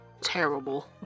terrible